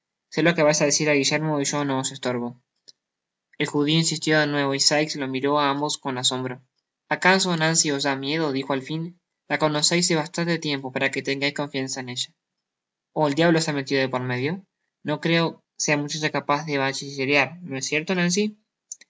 se lo que vais á decir á guillermo y yo no estorbo el judio insistió de nuevo y sikes los miró á ambos con asombro acaso nancy os dá miedo dijo al fin la conoceis de bastante tiempo para que tengais confianza en ella ó el diablo se ha metido de por medio no creo sea muchacha capaz de bachi llerear no es cierto nancy asi